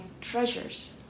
treasures